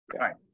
Right